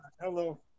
Hello